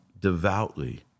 devoutly